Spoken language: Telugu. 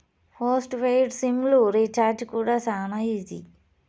పోస్ట్ పెయిడ్ సిమ్ లు రీచార్జీ కూడా శానా ఈజీ